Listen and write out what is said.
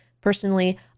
Personally